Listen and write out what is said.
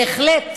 בהחלט,